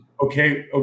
Okay